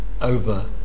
over